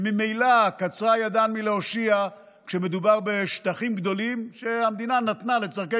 שממילא קצרה ידן מלהושיע כשמדובר בשטחים גדולים שהמדינה נתנה לצורכי